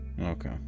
Okay